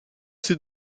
ses